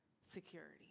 security